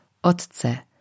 Otce